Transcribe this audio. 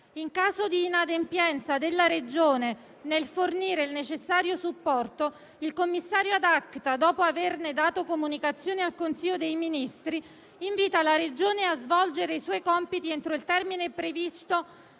In caso di inadempienza della Regione nel fornire il necessario supporto, il commissario *ad acta*, dopo averne dato comunicazione al Consiglio dei ministri, invita la Regione a svolgere i suoi compiti entro il termine previsto